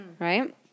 right